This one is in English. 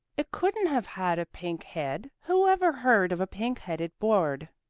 it couldn't have had a pink head. who ever heard of a pink-headed bird?